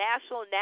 national